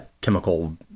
chemical